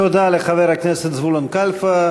תודה לחבר הכנסת זבולון קלפה.